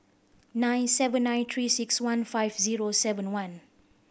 nine seven nine Three Six One five zero seven one